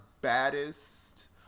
baddest